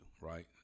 right